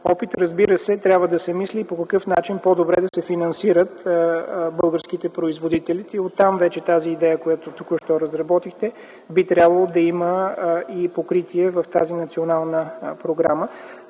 опит. Разбира се, трябва да се мисли и по какъв начин по-добре да се финансират българските производители и оттам вече тази идея, която току-що разработихте. Тя би трябвало да има покритие в тази национална програма.